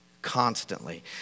constantly